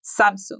Samsung